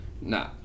No